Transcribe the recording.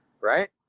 right